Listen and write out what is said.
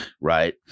Right